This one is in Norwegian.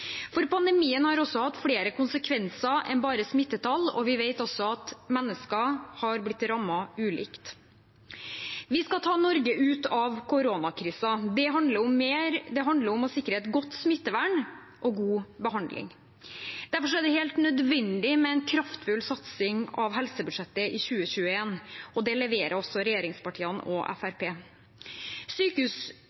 for pandemien har hatt flere konsekvenser enn bare smittetall, og vi vet også at mennesker har blitt rammet ulikt. Vi skal ta Norge ut av koronakrisen. Det handler om å sikre et godt smittevern og god behandling. Derfor er det helt nødvendig med en kraftfull satsing på helsebudsjettet i 2021, og det leverer også regjeringspartiene og